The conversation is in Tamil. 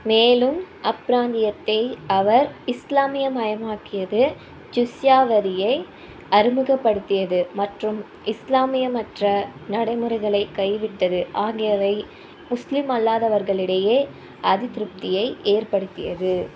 மேலும் அப்பிராந்தியத்தை அவர் இஸ்லாமிய மயமாக்கியது ஜிஸ்யா வரியை அறிமுகப்படுத்தியது மற்றும் இஸ்லாமியமற்ற நடைமுறைகளைக் கைவிட்டது ஆகியவை முஸ்லிமல்லாதவர்களிடையே அதிருப்தியை ஏற்படுத்தியது